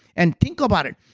and think about it.